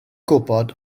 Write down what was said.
gwybod